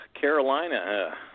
Carolina